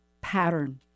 pattern